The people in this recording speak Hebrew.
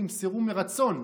נמסרו מרצון.